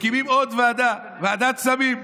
מקימים עוד ועדה, ועדת סמים.